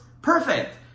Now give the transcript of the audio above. perfect